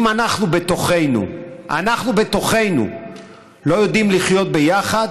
אם אנחנו בתוכנו לא יודעים לחיות ביחד,